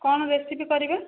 କ'ଣ ରେସିପି କରିବା